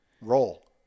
Roll